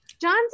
John's